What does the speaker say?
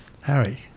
Harry